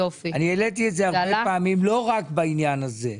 אני העליתי את זה הרבה פעמים, לא רק בעניין הזה.